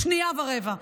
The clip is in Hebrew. שנייה ורבע.